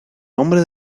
nombre